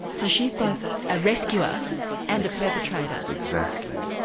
so she's both a rescuer and a perpetrator? exactly.